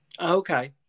okay